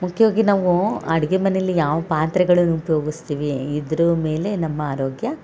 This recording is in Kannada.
ಮುಖ್ಯವಾಗಿ ನಾವು ಅಡಿಗೆ ಮನೇಲಿ ಯಾವ ಪಾತ್ರೆಗಳನ್ನ ಉಪ್ಯೋಗಿಸ್ತೀವಿ ಇದರ ಮೇಲೆ ನಮ್ಮ ಆರೋಗ್ಯ